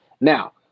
now